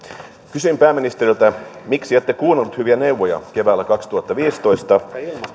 kysyn pääministeriltä miksi ette kuunnellut hyviä neuvoja keväällä kaksituhattaviisitoista